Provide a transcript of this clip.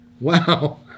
Wow